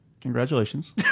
congratulations